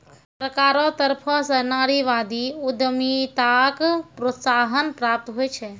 सरकारो तरफो स नारीवादी उद्यमिताक प्रोत्साहन प्राप्त होय छै